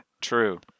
true